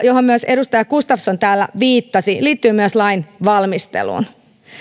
johon myös edustaja gustafsson täällä viittasi liittyy lain valmisteluun